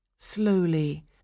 Slowly